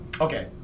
Okay